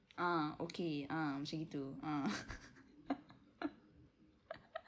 ah okay ah macam gitu ah